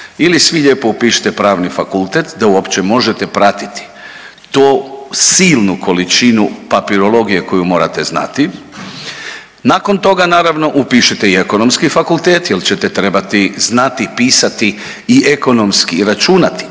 ili svi lijepo upišite pravni fakultet da uopće možete pratiti tu silnu količinu papirologije koju morate znati. Nakon toga naravno upišite i ekonomski fakultet, jer ćete trebati znati pisati i ekonomski računati